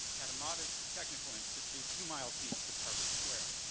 at a modest technical institute two miles east of harvard square.